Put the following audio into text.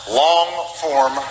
long-form